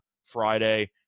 Friday